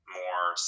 more